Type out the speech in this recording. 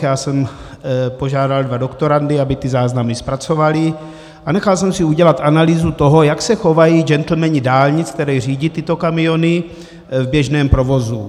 Já jsem požádal dva doktorandy, aby ty záznamy zpracovali, a nechal jsem si udělat analýzu toho, jak se chovají gentlemani dálnic, kteří řídí tyto kamiony, v běžném provozu.